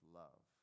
love